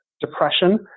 depression